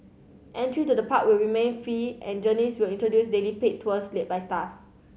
entry to the park will remain free and Journeys will introduce daily paid tours led by staff